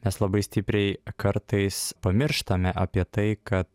mes labai stipriai kartais pamirštame apie tai kad